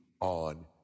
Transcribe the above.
on